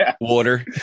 Water